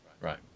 right